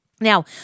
Now